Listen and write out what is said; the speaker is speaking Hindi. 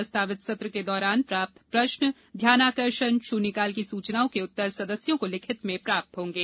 प्रस्तावित सत्र के दौरान प्राप्त प्रश्न ध्यानाकर्षण शून्यकाल की सूचनाओं के उत्तर सदस्यों को लिखित में प्राप्त होंगे